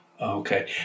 Okay